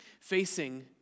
facing